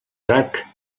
drac